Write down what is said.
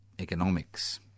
economics